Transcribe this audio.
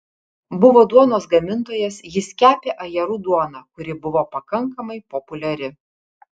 buvo duonos gamintojas jis kepė ajerų duoną kuri buvo pakankamai populiari